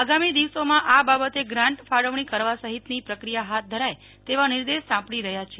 આગામી દિવસોમાં આ બાબતે ગ્રાન્ટ ફાળવણી કરવા સહિતની પ્રક્રિયા હાથ ધરાય તેવા નિર્દેશ સાંપડી રહ્યા છે